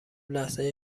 لحظه